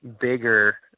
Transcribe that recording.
bigger